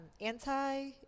anti